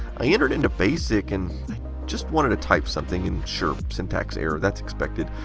i entered into basic and just wanted to type something, and sure syntax error, that's expected.